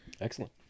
Excellent